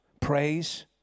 praise